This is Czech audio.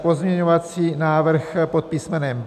Pozměňovací návrh pod písmenem B.